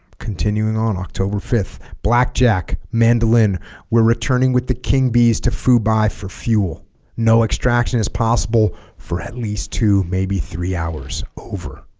continuing on october fifth blackjack mandolin we're returning with the king bees to fubai for fuel no extraction is possible for at least two maybe three hours over